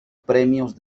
premios